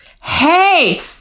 Hey